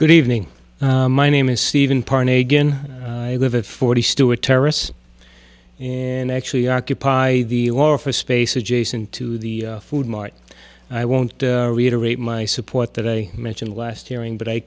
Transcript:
good evening my name is steven parr nagin i live at forty stuart terrorists and actually occupy the office space adjacent to the food mart i won't reiterate my support that i mention last hearing but i